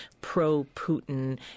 pro-Putin